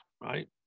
right